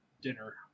dinner